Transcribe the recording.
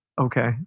Okay